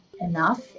enough